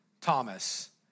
Thomas